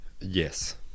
Yes